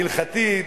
הלכתית,